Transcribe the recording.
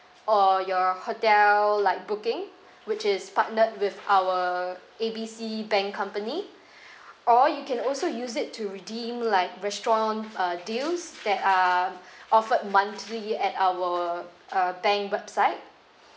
or your hotel like booking which is partnered with our A B C bank company or you can also use it to redeem like restaurant uh deals that are offered monthly at our uh bank website